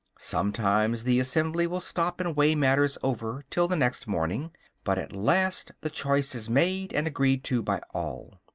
sometimes the assembly will stop and weigh matters over till the next morning but at last the choice is made and agreed to by all.